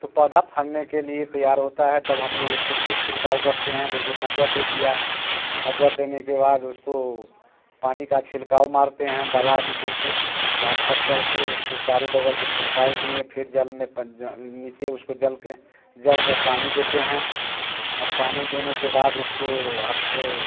तो पौधा फरने के लिए तैयार होता है तब हम लोग उसको फिर छिड़काव करते हैं जैसे मज्जर दे दिया मज्जर देने के बाद उसको पानी का छिड़काव मारते हैं दवा देके गाछ पर चढ़ के उसको चारो तरफ से छिड़काव दिएँ फिर जल में नीचे उसको जल के जड़ में पानी देते हैं और पानी देने के बाद उसको आपको